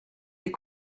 des